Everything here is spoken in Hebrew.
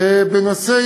בנושא